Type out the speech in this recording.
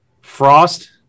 Frost